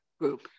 group